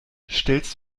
stellst